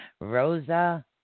Rosa